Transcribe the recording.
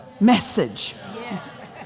message